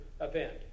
event